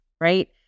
Right